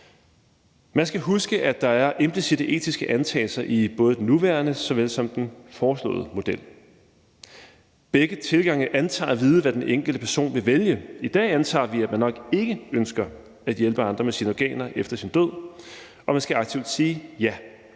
Man skal huske, at der er implicitte etiske antagelser i såvel den nuværende som den foreslåede model. Begge tilgange antager at vide, hvad den enkelte person vil vælge. I dag antager vi, at man nok ikke ønsker at hjælpe andre med sine organer efter sin død, og man skal aktivt sige ja.